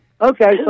Okay